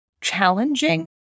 challenging